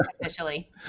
officially